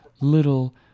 little